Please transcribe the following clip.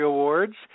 Awards